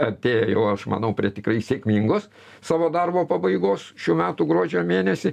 artėja jau aš manau prie tikrai sėkmingos savo darbo pabaigos šių metų gruodžio mėnesį